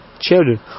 children